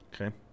Okay